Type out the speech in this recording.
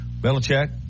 Belichick